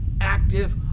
active